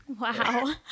Wow